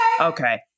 Okay